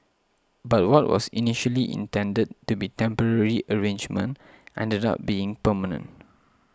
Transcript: but what was initially intended to be temporary arrangement ended up being permanent